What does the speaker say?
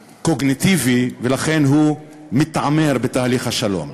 וקוגניטיבי, ולכן הוא מתעמר בתהליך השלום.